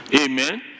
Amen